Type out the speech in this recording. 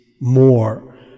more